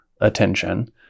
attention